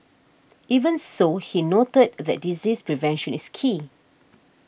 even so he noted that disease prevention is key